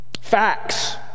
Facts